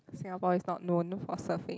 Singapore is not known for surfing